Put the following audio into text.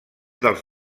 dels